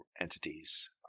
entities